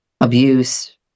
abuse